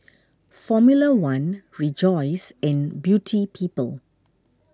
formula one Rejoice and Beauty People